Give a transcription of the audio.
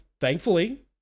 Thankfully